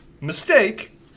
Mistake